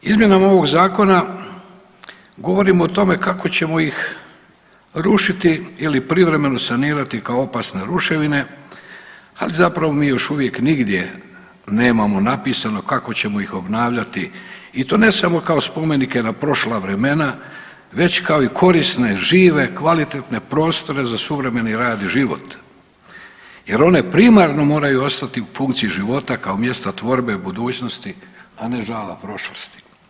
Izmjenom ovog zakona govorimo o tome kako ćemo ih rušiti ili privremeno sanirati kao opasne ruševine, ali zapravo mi još uvijek nigdje nemamo napisano kako ćemo ih obnavljati i to ne samo kao spomenike na prošla vremena već i kao i korisne, žive, kvalitetne prostore za suvremeni rad i život jer one primarno moraju ostati u funkciji života kao mjesta tvorbe i budućnosti, a ne žala prošlosti.